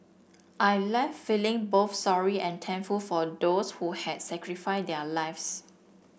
I left feeling both sorry and thankful for those who had sacrificed their lives